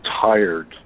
tired